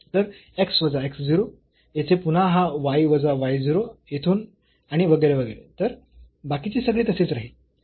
तर x वजा x 0 येथे पुन्हा हा y वजा y 0 येथून आणि वगैरे वगैरे तर बाकीचे सगळे तसेच राहील